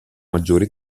maggiore